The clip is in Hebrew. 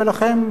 ולכם,